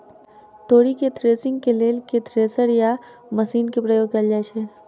तोरी केँ थ्रेसरिंग केँ लेल केँ थ्रेसर या मशीन केँ प्रयोग कैल जाएँ छैय?